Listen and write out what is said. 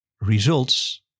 results